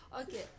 Okay